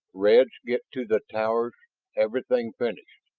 reds get to the towers everything finished.